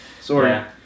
sorry